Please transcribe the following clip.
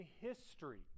history